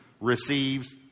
receives